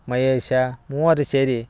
ಮಹೇಶ ಮೂವರು ಸೇರಿ